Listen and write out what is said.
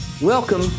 Welcome